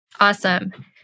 Awesome